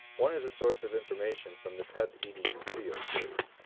one is a source of information from the ted edu video series.